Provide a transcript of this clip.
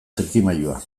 trikimailua